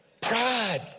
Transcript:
Pride